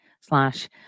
slash